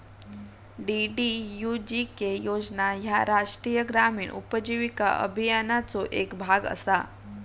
DDUGK योजना ह्या राष्ट्रीय ग्रामीण उपजीविका अभियानाचो येक भाग असा